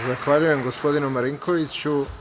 Zahvaljujem, gospodinu Marinkoviću.